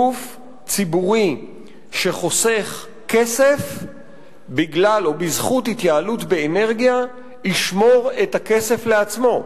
גוף ציבורי שחוסך כסף בזכות התייעלות באנרגיה ישמור את הכסף לעצמו.